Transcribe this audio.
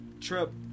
trip